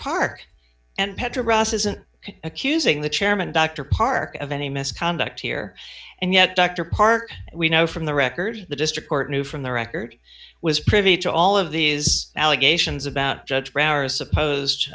park and petra ross isn't accusing the chairman dr park of any misconduct here and yet dr park we know from the record the district court knew from the record was privy to all of these allegations about judge